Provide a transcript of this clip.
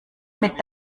mit